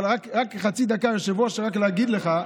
אבל רק חצי דקה, היושב-ראש, רק להגיד לך,